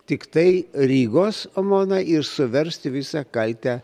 tiktai rygos omoną ir suversti visą kaltę